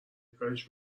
کاریش